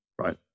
right